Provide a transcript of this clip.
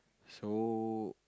so